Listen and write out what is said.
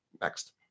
Next